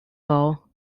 well